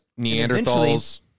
Neanderthals